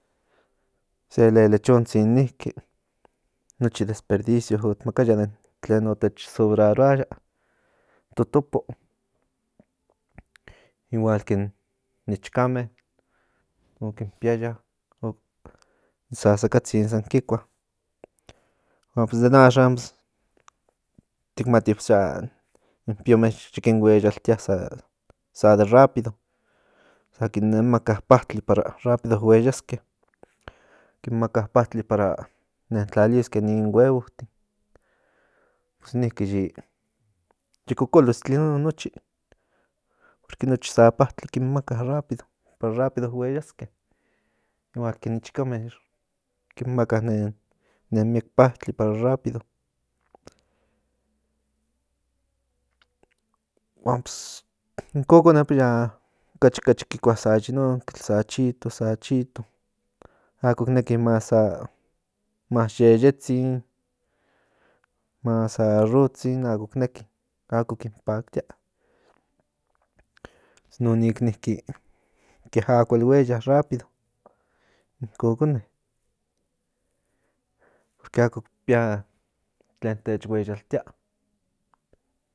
Se lelechontsin niki nochi desperdicio ot makaya tlen o tech sobraroaya totopo igual ken ichkame okin piaya sasakatsin san kikua huan pues den axan tik mati in piome kin hueyaltia sa de rápido sa kin nen maka patli para rápido hueyaske kin maka patli para nen tlaliske nin hievotin niki yi kokolistli in non nochi porque nochi sa patli kin maka para rápido hueyaske huan ke ichkame kin maka nen mieke patli para rápido huan in kokone okachi kikua sa yin non sa chito sa chito ako ki neki más sa yeyetzin más sa arrotzin akok neki ako kin paktia inonik niki ke akuel hueya rápido in kokone porque ako ki pía tlen tech hueyaltia